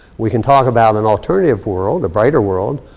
we can talk about an alternative world, a brighter world.